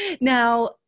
Now